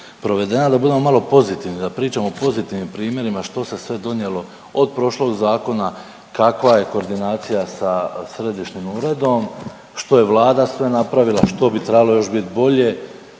da budemo malo pozitivni, da priđemo pozitivnim primjerima što se sve donijelo od prošlog zakona, kakva je koordinacija sa središnjim uredom, što je Vlada sve napravila, što bi trebalo još biti bolje